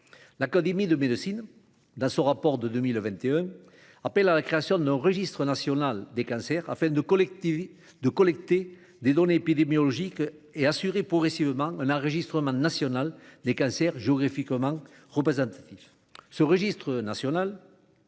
nationale de médecine, dans son rapport de 2021, appelle à la création d'un registre national des cancers, afin de collecter les données épidémiologiques et d'assurer progressivement un enregistrement national des cancers géographiquement représentatif. L'objet de ce registre national